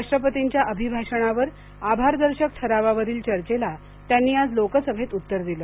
राष्ट्रपतींच्या अभिभाषणावर आभारदर्शक ठरावावरील चर्चेला त्यांनी आज लोकसभेत उत्तर दिलं